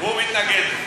הוא מתנגד לזה.